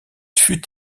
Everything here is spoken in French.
fut